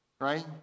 right